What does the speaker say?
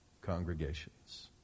congregations